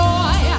Joy